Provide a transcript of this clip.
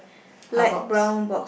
a box